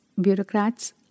bureaucrats